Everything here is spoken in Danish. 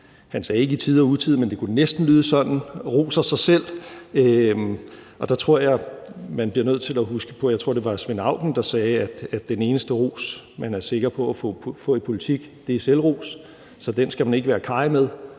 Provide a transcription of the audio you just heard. han sagde ikke i tide og utide, men det kunne næsten lyde sådan, roser sig selv, og der tror jeg, man bliver nødt til at huske på det, som jeg tror Svend Auken sagde, nemlig at den eneste ros, man er sikker på at få i politik, er selvros, så den skal man ikke være karrig med,